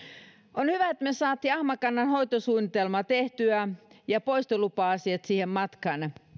on hyvä että me saimme ahmakannan hoitosuunnitelman tehtyä ja poistolupa asiat siihen matkaan